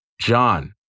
John